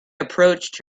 approached